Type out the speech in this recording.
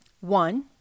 One